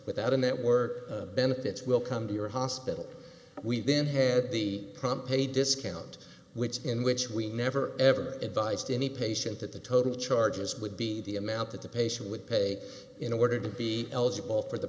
without a network benefits will come to your hospital we then head the prompt pay discount which in which we never ever advised any patient that the total charges would be the amount that the patient would pay in order to be eligible for the